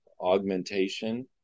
augmentation